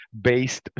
based